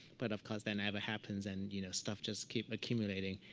but of course, that never happens, and you know stuff just keeps accumulating.